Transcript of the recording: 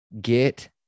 get